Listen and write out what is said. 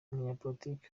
umunyapolitiki